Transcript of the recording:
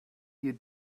you